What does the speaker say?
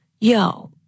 yo